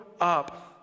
up